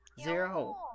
Zero